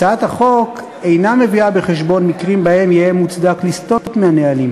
הצעת החוק אינה מביאה בחשבון מקרים שבהם יהא מוצדק לסטות מהנהלים